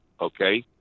okay